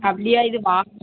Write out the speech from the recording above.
அப்படியா இது மா